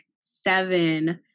seven